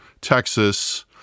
Texas